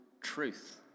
truth